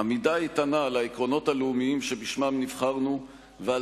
עמידה איתנה על העקרונות הלאומיים שבשמם נבחרנו ועל